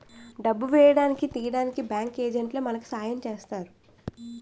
డబ్బు వేయడానికి తీయడానికి బ్యాంకు ఏజెంట్లే మనకి సాయం చేస్తారు